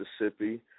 Mississippi